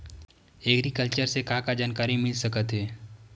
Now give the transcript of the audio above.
Agriculture से का का जानकारी मिल सकत हे?